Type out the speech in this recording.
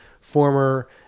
former